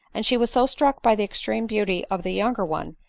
and she was so struck by the extreme beauty of the younger one,